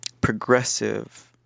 progressive